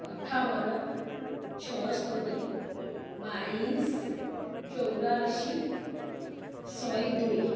ଅଠାବନ ଛଅସ୍ତରୀ ବାଇଶ ଚଉରାଅଶୀ ଶହେ ଦୁଇ